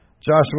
Joshua